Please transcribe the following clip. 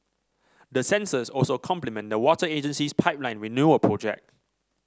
the sensors also complement the water agency's pipeline renewal project